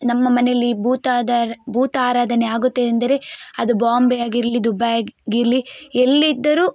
ನಮ್ಮ ಮನೆಲ್ಲಿ ಭೂತದಾರ ಭೂತ ಆರಾಧನೆ ಆಗುತ್ತೆ ಎಂದರೆ ಅದು ಬಾಂಬೆ ಆಗಿರಲಿ ದುಬೈಗಿರಲಿ ಎಲ್ಲಿದ್ದರೂ